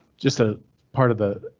just a part of the.